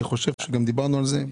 אני חושב שגם דיברנו על זה.